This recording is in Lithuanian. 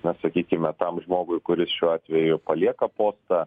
na sakykime tam žmogui kuris šiuo atveju palieka postą